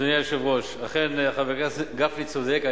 אדוני היושב-ראש, אכן חברי גפני צודק.